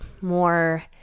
more